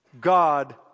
God